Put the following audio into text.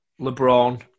LeBron